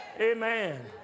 amen